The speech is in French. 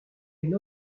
une